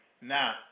Now